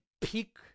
peak